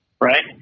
Right